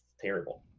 terrible